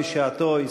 1383 ו-1389.